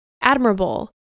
admirable